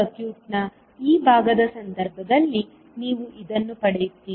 ಸರ್ಕ್ಯೂಟ್ನ ಈ ಭಾಗದ ಸಂದರ್ಭದಲ್ಲಿ ನೀವು ಇದನ್ನು ಪಡೆಯುತ್ತೀರಿ